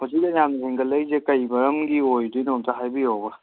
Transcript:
ꯍꯧꯖꯤꯛꯅ ꯌꯥꯝ ꯍꯦꯟꯒꯠꯂꯛꯏꯁꯦ ꯀꯔꯤ ꯃꯔꯝꯒꯤ ꯑꯣꯏꯗꯣꯏꯅꯣ ꯑꯝꯇ ꯍꯥꯏꯕꯤꯔꯛꯎꯕ